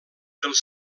dels